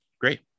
Great